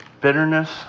bitterness